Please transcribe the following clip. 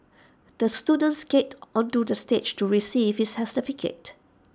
the student skated onto the stage to receive his certificate